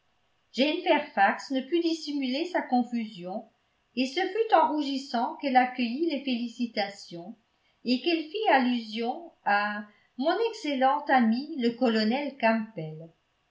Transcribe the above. jane fairfax ne put dissimuler sa confusion et ce fut en rougissant qu'elle accueillit les félicitations et qu'elle fit allusion à mon excellent ami le colonel campbell